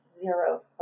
zero